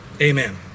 amen